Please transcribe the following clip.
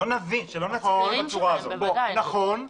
נכון,